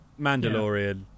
Mandalorian